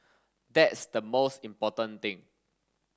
that's the most important thing